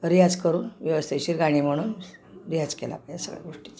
रियाज करून व्यवस्थिशीर गाणी म्हणून रियाज केला पाहिजे सगळ्या गोष्टीचा